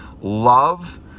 love